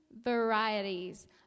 varieties